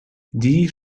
die